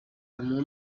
yamuha